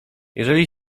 jeżeli